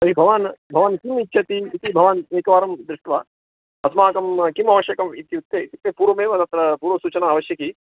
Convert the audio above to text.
तर्हि भवान् भवान् किम् इच्छति इति भवान् एकवारं दृष्ट्वा अस्माकं किम् आवश्यकम् इत्युक्ते इत्युक्ते पूर्वमेव तत्र पूर्वसूचना आवश्यकी